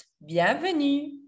bienvenue